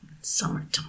summertime